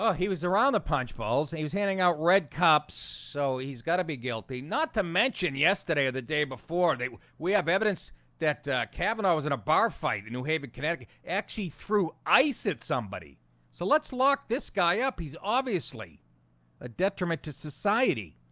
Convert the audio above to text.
ah he was around the punch balls and he was handing out red cups so he's got to be guilty not to mention yesterday or the day before they we have evidence that cavanaugh was in a bar fight in new haven connecticut actually threw ice at somebody so let's lock this guy up. he's obviously a detriment to society.